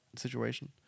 situation